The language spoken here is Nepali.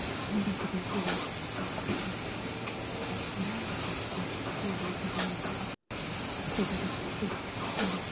रुँदाखेरि रुने यो प्रकारको अनि बराबरी हिस्साको उहाँहरूले पनि काम गर्नु पऱ्यो यसले गऱ्यो भने चाहिँ एउटा